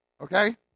Okay